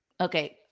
okay